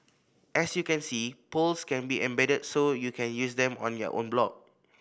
as you can see polls can be embedded so you can use them on your own blog